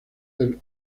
del